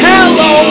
Hello